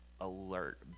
alert